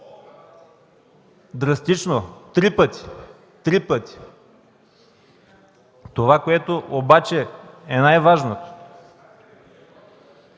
Драстично! Три пъти, три пъти! Това, което обаче е най-важното